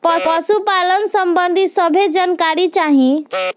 पशुपालन सबंधी सभे जानकारी चाही?